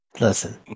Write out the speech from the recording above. Listen